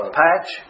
patch